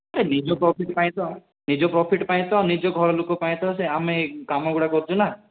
ଆ ନିଜ ପ୍ରଫିଟ୍ ପାଇଁ ତ ନିଜ ପ୍ରଫିଟ୍ ପାଇଁ ତ ନିଜ ଘରଲୋକ ପାଇଁ ତ ସେ ଆମେ ଏଇ କାମଗୁଡ଼ା କରୁଛୁ ନା